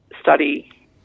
study